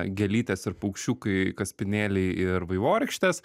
gėlytės ir paukščiukai kaspinėliai ir vaivorykštės